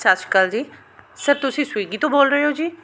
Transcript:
ਸਤਿ ਸ਼੍ਰੀ ਅਕਾਲ ਜੀ ਸਰ ਤੁਸੀਂ ਸਵੀਗੀ ਤੋਂ ਬੋਲ ਰਹੇ ਹੋ ਜੀ